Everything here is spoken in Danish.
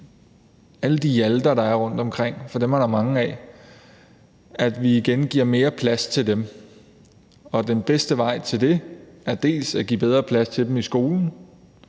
alle de Hjalter, der er rundt omkring – for dem er der mange af – og den bedste vej til det er dels at give bedre plads til dem i skolen,